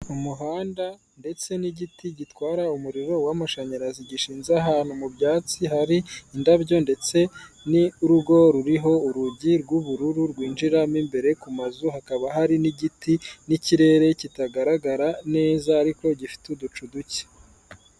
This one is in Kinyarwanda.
Umuhanda ndetse n'igiti gitwara umuriro w'amashanyarazi, gishinze ahantu mu byatsi hari indabyo ndetse n'urugo ruriho urugi rw'ubururu rwinjiramo imbere ku mazu hakaba hari n'igiti n'ikirere kitagaragara neza ariko gifite uducu duke.